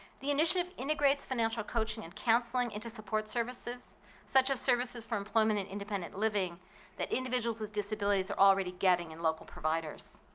the initiative integrates financial coaching and counseling into support services such as services for employment and independent living that individuals with disabilities are already getting in local providers.